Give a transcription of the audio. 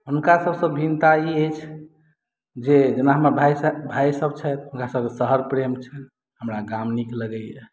हुनका सभसँ भिन्नता ई अछि जे जेना हमर भाय छथि भायसभ छथि हुनकासभ शहर प्रेम छनि हमरा गाम नीक लगैए